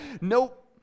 Nope